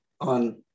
on